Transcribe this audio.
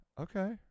okay